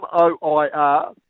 M-O-I-R